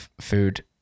food